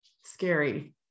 scary